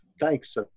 thanks